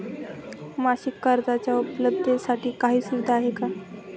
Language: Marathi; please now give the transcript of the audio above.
मासिक कर्जाच्या उपलब्धतेसाठी काही सुविधा आहे का?